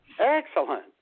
Excellent